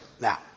Now